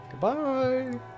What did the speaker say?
Goodbye